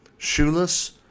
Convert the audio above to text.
Shoeless